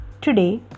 Today